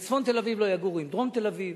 בצפון תל-אביב לא יגורו עם דרום תל-אביב,